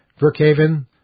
Brookhaven